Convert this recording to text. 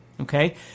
Okay